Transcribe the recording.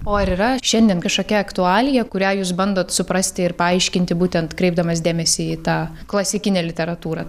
o ar yra šiandien kažkokia aktualija kurią jūs bandot suprasti ir paaiškinti būtent kreipdamas dėmesį į tą klasikinę literatūrą